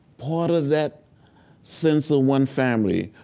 part of that sense of one family,